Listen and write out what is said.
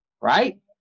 right